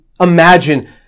imagine